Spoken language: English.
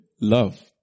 love